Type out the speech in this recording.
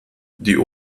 die